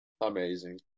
amazing